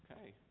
Okay